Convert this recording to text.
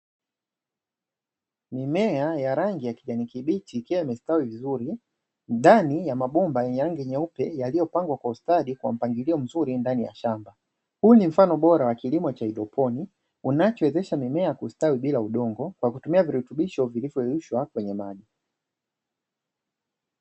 Mimea ya rangi ya kijani kibichi ikiwa umestawi vizuri ndani ya mabomba yenye rangi nyeupe yaliyopangwa kwa ustadi kwa mpangilio mzuri ndani ya shamba huu ni mfano bora wa kilimo cha hydroponi unachowezesha mimea kustawi bila udongo kwa kutumia virutubisho vilivyoyeyushwa kwenye maji.